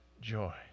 joy